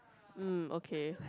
mm okay